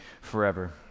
forever